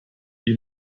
die